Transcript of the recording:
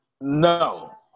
No